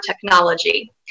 technology